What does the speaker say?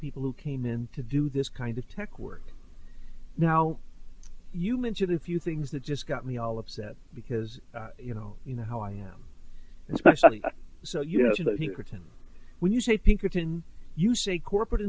people who came in to do this kind of tech work now you mention a few things that just got me all upset because you know you know how i am especially so you know when you say pinkerton you say corporate